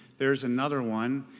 there's another one.